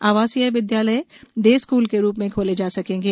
आवासीय विद्यालय day school के रूप में खोले जा सकेंगे